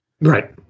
Right